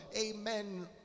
amen